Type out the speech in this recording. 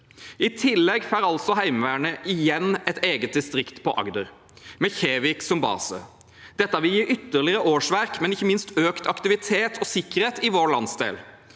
I tillegg får Heimevernet igjen et eget distrikt på Agder, med Kjevik som base. Dette vil gi ytterligere årsverk og ikke minst økt aktivitet og sikkerhet i vår landsdel.